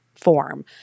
form